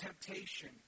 temptation